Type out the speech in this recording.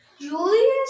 Julius